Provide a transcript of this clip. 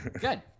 Good